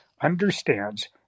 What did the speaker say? understands